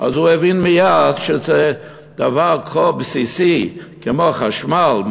הוא הבין מייד שדבר כה בסיסי כמו חשמל,